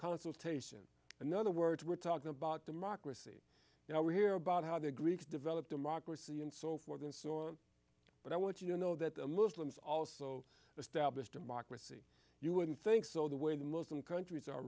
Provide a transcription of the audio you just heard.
consultation another words we're talking about democracy now we hear about how the greeks developed democracy and so forth and so on but i want you to know that muslims also establish democracy you wouldn't think so the way the muslim countries are